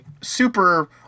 super